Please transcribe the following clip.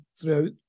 throughout